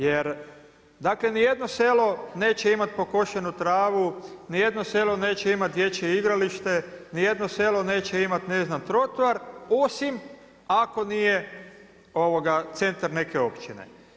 Jer dakle niti jedno selo neće imati pokošenu travu, niti jedno selo neće imati dječje igralište, ni jedno selo neće imati ne znam trotoar osim ako nije centar neke općine.